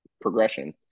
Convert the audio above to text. progression